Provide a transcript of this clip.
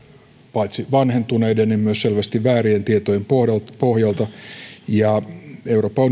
paitsi vanhentuneiden myös selvästi väärien tietojen pohjalta ja euroopan